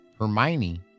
Hermione